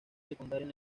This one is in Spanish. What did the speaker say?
secundaria